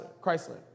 Chrysler